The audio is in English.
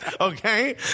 okay